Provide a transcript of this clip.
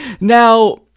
Now